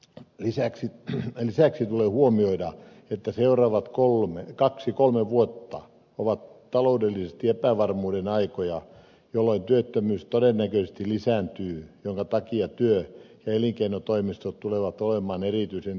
lisäksi tulee huomioida että seuraavat kaksi kolme vuotta ovat taloudellisesti epävarmuuden aikoja jolloin työttömyys todennäköisesti lisääntyy minkä takia työ ja elinkeinotoimistot tulevat olemaan erityisen työllistettyjä